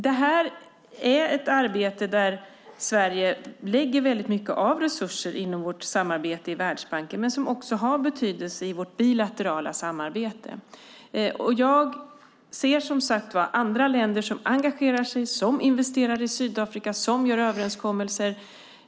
Detta är ett arbete som Sverige lägger mycket resurser på inom vårt samarbete i Världsbanken men som också har betydelse i vårt bilaterala samarbete. Jag ser andra länder som engagerar sig, som investerar i Sydafrika och som gör överenskommelser.